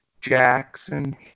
Jackson